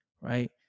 Right